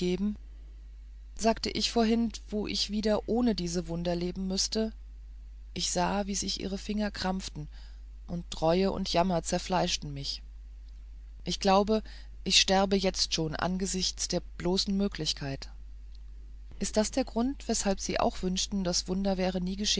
sagte ich vorhin wo ich wieder ohne diese wunder leben müßte ich sah wie sich ihre finger krampften und reue und jammer zerfleischten mich ich glaube ich sterbe jetzt schon angesichts der bloßen möglichkeit ist das der grund weshalb auch sie wünschten das wunder